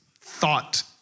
thought